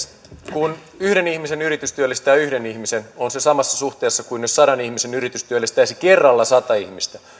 kun yhden ihmisen yritys työllistää yhden ihmisen on se samassa suhteessa kuin jos sadan ihmisen yritys työllistäisi kerralla sata ihmistä